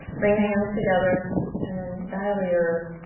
bring the hands together and then dial your